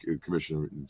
commissioner